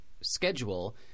schedule